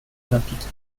olympique